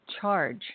charge